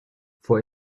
vor